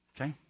Okay